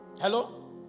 Hello